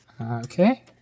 Okay